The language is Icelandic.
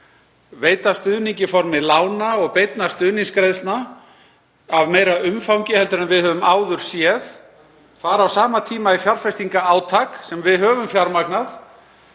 veita stuðning í formi lána og beinna stuðningsgreiðslna af meira umfangi heldur en við höfum áður séð og fara á sama tíma í fjárfestingarátak sem við höfum fjármagnað.